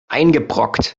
eingebrockt